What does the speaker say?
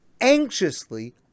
anxiously